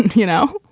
you know?